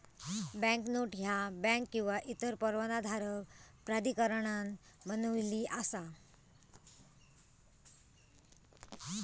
banknote ह्या bank किंवा इतर परवानाधारक प्राधिकरणान बनविली असा